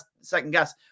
second-guess